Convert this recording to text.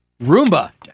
Roomba